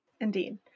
Indeed